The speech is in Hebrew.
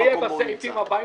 זה יהיה בטקסטים הבאים.